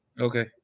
Okay